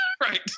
Right